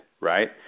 right